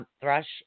thrush